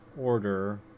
order